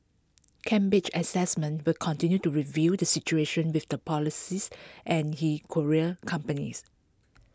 Cambridge Assessment will continue to review the situation with the polices and he courier companies